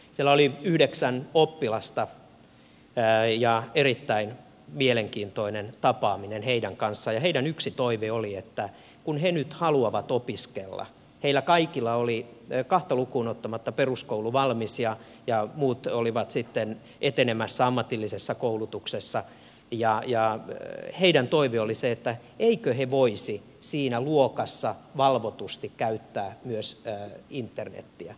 siellä oli yhdeksän oppilasta ja erittäin mielenkiintoinen tapaaminen heidän kanssaan ja heidän yksi toiveensa oli että kun he nyt haluavat opiskella heillä kaikilla oli kahta lukuun ottamatta peruskoulu valmis ja muut olivat sitten etenemässä ammatillisessa koulutuksessa ja jää heidän toivio oli se niin eivätkö he voisi siinä luokassa valvotusti käyttää myös internetiä